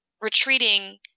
retreating